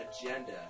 agenda